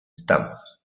estamos